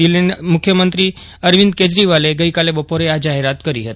દિલ્હીના મુખ્યમંત્રી અરવિંદ કેજરીવાલે ગઇકાલે બપોરે આ જાહેરાત કરી હતી